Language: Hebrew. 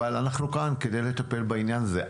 אבל אנחנו כאן כדי לטפל בעניין הזה.